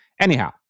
Anyhow